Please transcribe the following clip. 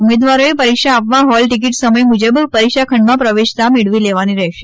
ઉમેદવારોએ પરીક્ષા આપવા હોલ ટિકિટ સમય મુજબ પરીક્ષા ખંડમાં પ્રવેશતા મેળવી લેવાની રહેશે